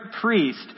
priest